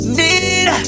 need